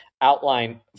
outline